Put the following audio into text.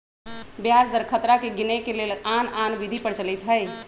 ब्याज दर खतरा के गिनेए के लेल आन आन विधि प्रचलित हइ